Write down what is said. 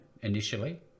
initially